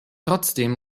trotzdem